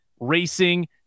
Racing